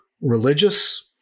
religious